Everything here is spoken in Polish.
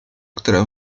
które